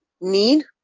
need